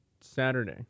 Saturday